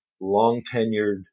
long-tenured